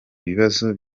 bibazo